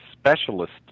Specialist